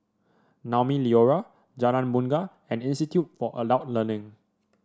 Naumi Liora Jalan Bungar and Institute for Adult Learning